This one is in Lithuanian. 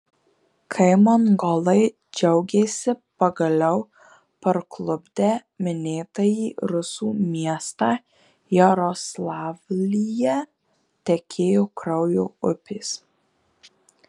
kai mongolai džiaugėsi pagaliau parklupdę minėtąjį rusų miestą jaroslavlyje tekėjo kraujo upės